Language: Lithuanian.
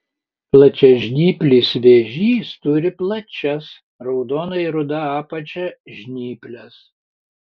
plačiažnyplis vėžys turi plačias raudonai ruda apačia žnyples